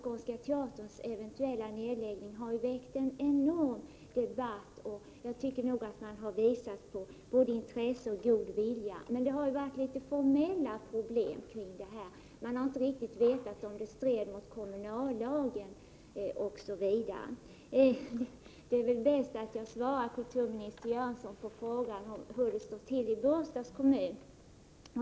Skånska teaterns eventuella nedläggning har väckt en enorm debatt, och jag tycker nog att man har visat både intresse och god vilja. Men det har ju funnits en del formella problem. Man har inte riktigt vetat om det hela stred mot kommunallagen osv. Det är väl bäst att jag svarar kulturminister Göransson på frågan om hur det står till i Båstads kommun.